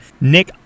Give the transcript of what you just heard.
Nick